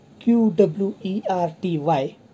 QWERTY